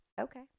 Okay